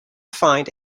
find